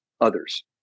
others